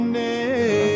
name